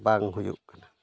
ᱵᱟᱝ ᱦᱩᱭᱩᱜ ᱠᱟᱱᱟ